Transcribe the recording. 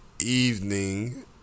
evening